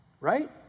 Right